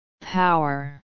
Power